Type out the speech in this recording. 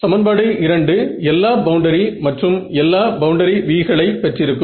சமன்பாடு 2 எல்லா பவுண்டரி மற்றும் பவுண்டரி v களை பெற்றிருக்கும்